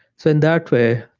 so in that way,